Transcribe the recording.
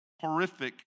horrific